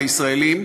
עם הישראלים,